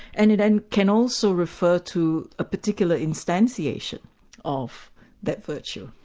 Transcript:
and it and can also refer to a particular instantiation of that virtue.